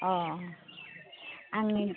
अ आंनि